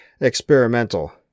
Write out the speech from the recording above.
Experimental